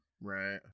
Right